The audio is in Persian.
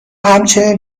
همچنین